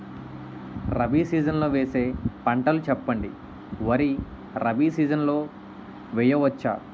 Rabi season లో వేసే పంటలు చెప్పండి? వరి రబీ సీజన్ లో వేయ వచ్చా?